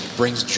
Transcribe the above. brings